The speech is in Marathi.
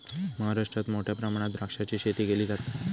महाराष्ट्रात मोठ्या प्रमाणात द्राक्षाची शेती केली जाता